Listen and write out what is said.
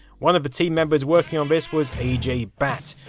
one of the team members working on this was ajay bhatt,